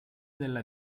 della